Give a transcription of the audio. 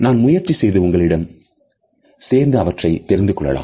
நான் முயற்சி செய்து உங்களிடம் சேர்ந்து அவற்றைத் தெரிந்து கொள்ளலாம்